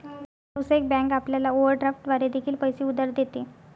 व्यावसायिक बँक आपल्याला ओव्हरड्राफ्ट द्वारे देखील पैसे उधार देते